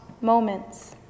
moments